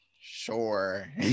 sure